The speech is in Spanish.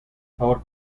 favor